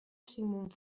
sigmund